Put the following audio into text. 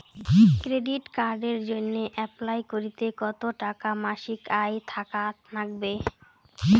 Credit কার্ডের জইন্যে apply করিতে কতো টাকা মাসিক আয় থাকা নাগবে?